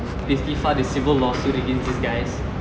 basically filed a civil lawsuit against these guys